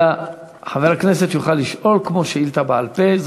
אלא חבר הכנסת יוכל לשאול כמו שאילתה בעל-פה.